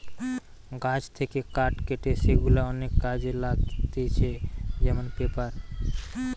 গাছ থেকে কাঠ কেটে সেগুলা অনেক কাজে লাগতিছে যেমন পেপার